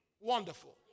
Wonderful